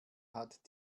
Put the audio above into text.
hat